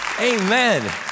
Amen